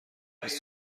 بیست